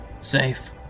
safe